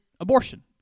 Abortion